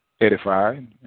edified